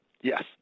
Yes